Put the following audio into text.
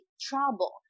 trouble